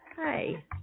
hi